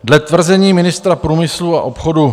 Dle tvrzení ministra průmyslu a obchodu